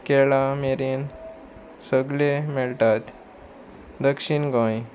खेळा मेरेन सगळे मेळटात दक्षीण गोंय